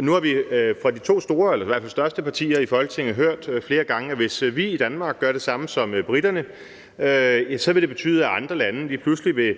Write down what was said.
Nu har vi fra de to store, eller i hvert fald to største partier i Folketinget, flere gange hørt, at hvis vi i Danmark gør det samme som briterne, vil det betyde, at andre lande lige pludselig